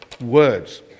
words